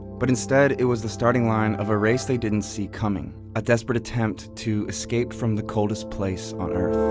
but instead, it was the starting line of a race they didn't see coming a desperate attempt to escape from the coldest place on earth.